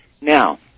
Now